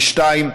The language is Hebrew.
ושנית,